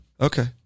Okay